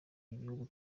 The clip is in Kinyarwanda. igihugu